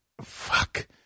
fuck